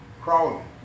crawling